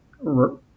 right